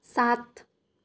सात